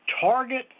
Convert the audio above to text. target